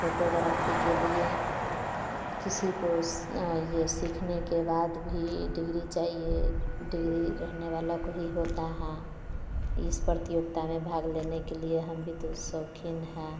photography के लिए किसी को ये सीखने के बाद भी डिग्री चाहिए डिग्री रहने वाला को ही होता है इस प्रतियोगिता में भाग लेने के लिए हम भी तो शौकीन है